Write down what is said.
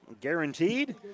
guaranteed